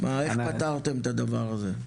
איך פתרתם את הדבר הזה?